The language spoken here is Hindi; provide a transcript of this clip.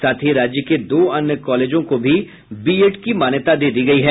साथ ही राज्य के दो अन्य कॉलेजों को भी बीएड की मान्यता दे दी गयी है